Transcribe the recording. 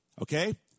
Okay